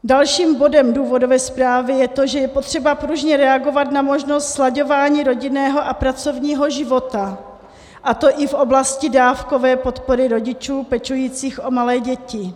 Dalším bodem důvodové zprávy je to, že je potřeba pružně reagovat na možnost slaďování rodinného a pracovního života, a to i v oblasti dávkové podpory rodičů pečujících o malé děti.